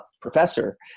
professor